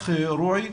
רועי.